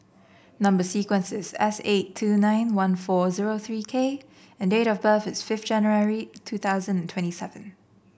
number sequence is S eight two nine one four zero three K and date of birth is fifth January two thousand and twenty seven